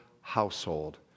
household